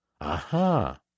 Aha